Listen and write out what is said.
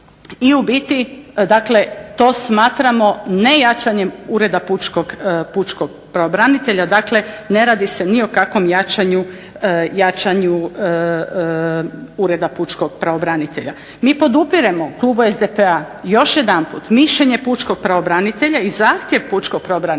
i u biti dakle to smatramo ne jačanjem ureda pučkog pravobranitelja, dakle ne radi se ni o kakvom jačanju ureda pučkog pravobranitelja. Mi podupiremo u klubu SDP-a još jedanput mišljenje pučkog pravobranitelja i zahtjev pučkog pravobranitelja